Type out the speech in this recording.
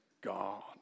God